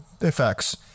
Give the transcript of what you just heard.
effects